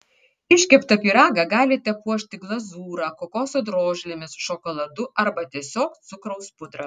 iškeptą pyragą galite puošti glazūra kokoso drožlėmis šokoladu arba tiesiog cukraus pudra